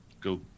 go